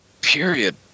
Period